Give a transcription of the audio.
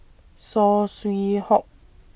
Saw Swee Hock